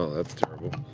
ah that's terrible.